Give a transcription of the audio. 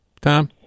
Tom